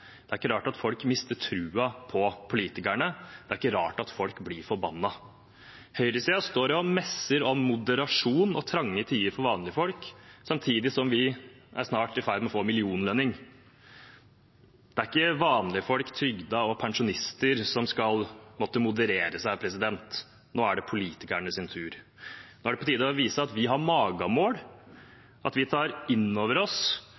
Det er ikke rart at folk mister troen på politikerne. Det er ikke rart at folk blir forbannet. Høyresiden står og messer om moderasjon og trange tider for vanlige folk samtidig som vi snart er i ferd med å få en millionlønning. Det er ikke vanlige folk, trygdede og pensjonister som skal måtte moderere seg. Nå er det politikernes tur. Nå er det på tide å vise at vi har magemål, at vi tar inn over oss